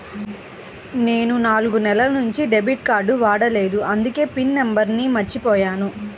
నేను నాలుగు నెలల నుంచి డెబిట్ కార్డ్ వాడలేదు అందుకే పిన్ నంబర్ను మర్చిపోయాను